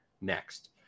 next